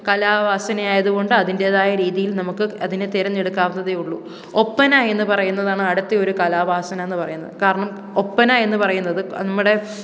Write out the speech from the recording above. കലാവാസനയായതുകൊണ്ട് അതിൻ്റേതായ രീതിയിൽ നമുക്ക് അതിനെ തെരഞ്ഞെടുക്കാവുന്നതേയുള്ളു ഒപ്പന എന്ന് പറയുന്നതാണ് അടുത്ത ഒരു കലാവാസന എന്നു പറയുന്നത് കാരണം ഒപ്പന എന്ന് പറയുന്നത് നമ്മുടെ